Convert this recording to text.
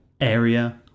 area